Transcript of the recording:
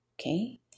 okay